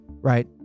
Right